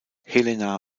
helena